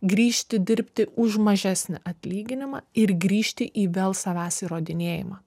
grįžti dirbti už mažesnį atlyginimą ir grįžti į vėl savęs įrodinėjimą